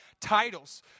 titles